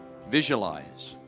Visualize